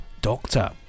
Doctor